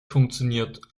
funktioniert